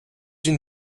une